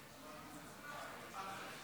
אדוני היושב-ראש,